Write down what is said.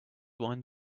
one